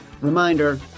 Reminder